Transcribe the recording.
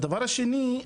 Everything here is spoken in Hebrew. הדבר השני,